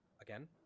again